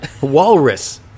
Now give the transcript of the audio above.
walrus